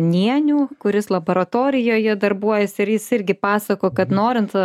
kuris laboratorijoje darbuojasi ir jis irgi pasakojo kad norint